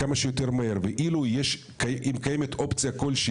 כמה שיותר מהר ואילו אם קיימת אופציה כלשהי